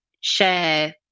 share